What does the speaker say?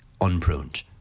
unpruned